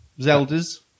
Zelda's